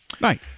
Right